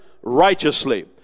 righteously